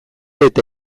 eta